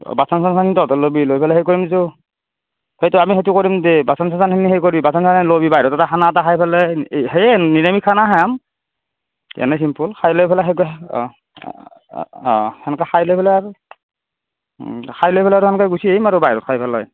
বাচন চাচন তহঁতে ল'বি লৈ পেলাই সেই কৰিমতো সেইটো আমি সেইটো কৰিম দে বাচন চাচনখিনি সেই কৰিবি বাচন চাচন ল'বি বাহিৰত তাতে খানা এটা খাই পেলাই এই সেয়ে নিৰামিষ খানা খাম এনেই চিম্পুল খাই লৈ পেলাই অঁ অঁ তেনেকে খাই লৈ পেলাই আৰু উম খাই লৈ পেলাই আৰু তেনেকে গুচি আহিম আৰু বাহিৰত খাই পেলাই